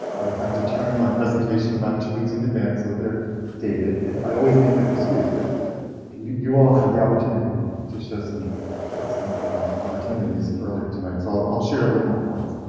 i have to turn in my presentation about two weeks in advance so there dated it. i always make that excuse, but you all had the opportunity to show some excellent opportunities earlier tonight. so i'll i'll share a little more points.